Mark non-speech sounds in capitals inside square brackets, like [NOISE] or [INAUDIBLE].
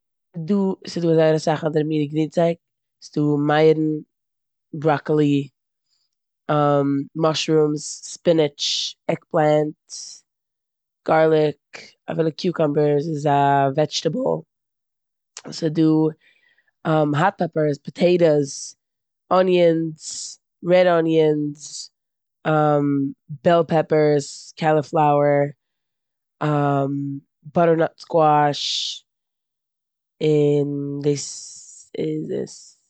דא- ס'דא זייער אסאך אנדערע מינע גרינלייג. ס'דא מייערן, בראקאלי, [HESITATION] מושרומס, ספינעטש, עגגפלענט, גארליק, אפילו קוקומבערס איז א וועדשטעבל, ס'דא [HESITATION] האט פעפפערס, פאטעטאס, אנינס, רעד אניאנס, בעל פעפפער, קאליפלאוער, [HESITATION] באטער נאט סקואש און דאס איז עס.